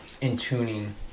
in-tuning